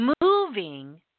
moving